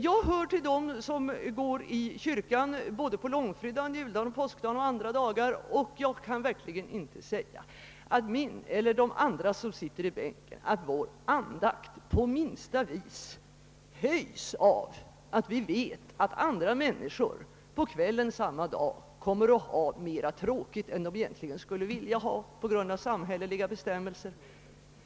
Jag hör till dem som går i kyrkan både på långfredagen, juldagen, påskdagen och andra dagar, och jag kan verkligen inte säga att min och övriga kyrkobesökares andakt på minsta sätt höjs av att veta att på grund av samhälleliga föreskrifter andra människor på kvällen samma dag kommer att ha tråkigare än de egentligen skulle vilja.